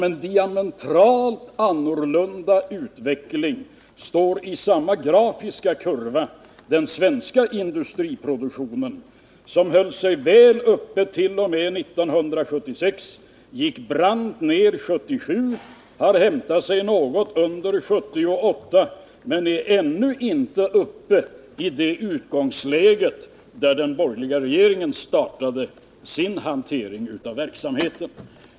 En diametralt motsatt utveckling beskrev enligt samma grafiska framställning den svenska industriproduktionen som höll sig väl uppe t.o.m. 1976, gick brant ner 1977 och hade hämtat sig något under 1978 — men den är ännu inte uppe i det utgångsläge där den borgerliga regeringen startade sin hantering av verksamheten.